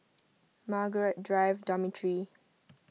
Margaret Drive Dormitory